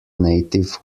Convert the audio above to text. native